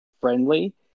friendly